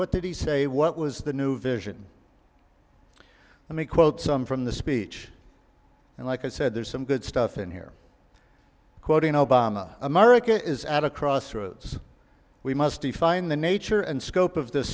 what did he say what was the new vision let me quote some from the speech and like i said there's some good stuff in here quoting obama america is at a crossroads we must define the nature and scope of this